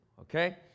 okay